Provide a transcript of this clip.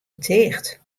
ticht